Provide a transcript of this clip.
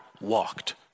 walked